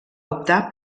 optar